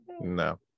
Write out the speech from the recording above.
No